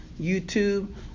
YouTube